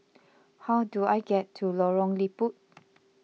how do I get to Lorong Liput